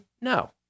No